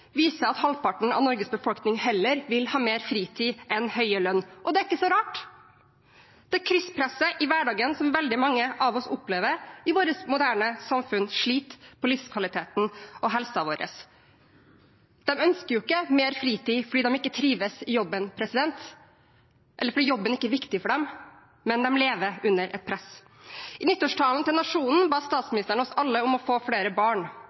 viser at halvparten av Norges befolkning heller vil ha mer fritid enn høyere lønn. Og det er ikke så rart. Det krysspresset i hverdagen som veldig mange av oss opplever i vårt moderne samfunn, sliter på livskvaliteten og helsen vår. De ønsker ikke mer fritid fordi de ikke trives i jobben, eller fordi jobben ikke er viktig for dem, men fordi de lever under et press. I nyttårstalen til nasjonen ba statsministeren oss alle om å få flere barn.